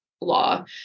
law